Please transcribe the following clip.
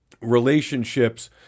relationships